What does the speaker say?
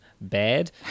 bad